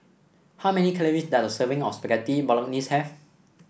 how many calories does a serving of Spaghetti Bolognese have